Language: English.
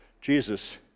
Jesus